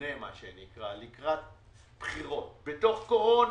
מובנה לקראת בחירות, בתוך קורונה,